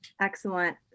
Excellent